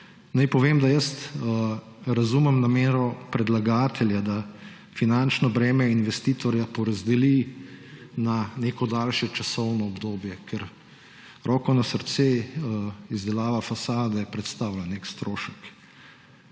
povem, da razumem namero predlagatelja, da finančno breme investitorja porazdeli na neko daljše časovno obdobje, ker, roko na srce, izdelava fasade predstavlja nek strošek.